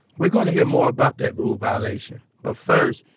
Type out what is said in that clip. we're going to hear more about that rule violation, but first,